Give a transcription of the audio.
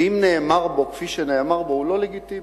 ואם נאמר בו כפי שנאמר בו, הוא לא לגיטימי.